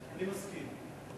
אני מסכים.